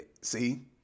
See